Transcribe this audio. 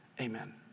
Amen